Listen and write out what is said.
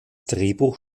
drehbuch